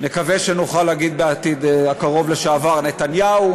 נקווה שנוכל להגיד בעתיד הקרוב "לשעבר" נתניהו,